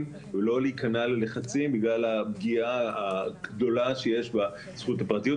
ולא להיכנע ללחצים בגלל הפגיעה הגדולה שיש בזכות לפרטיות.